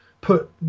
put